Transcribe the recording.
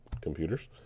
computers